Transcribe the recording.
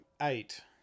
eight